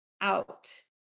out